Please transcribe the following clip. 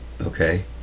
okay